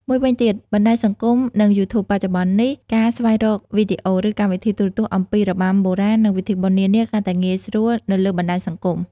មួយវិញទៀតបណ្តាញសង្គម និង YouTube បច្ចុប្បន្ននេះ ការស្វែងរកវីដេអូ ឬកម្មវិធីទូរទស្សន៍អំពីរបាំបុរាណ និងពិធីបុណ្យនានាកាន់តែងាយស្រួលនៅលើបណ្តាញសង្គម។